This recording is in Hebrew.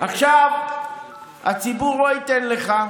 עכשיו הציבור לא ייתן לך,